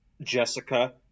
Jessica